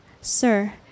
sir